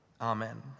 Amen